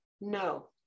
No